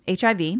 HIV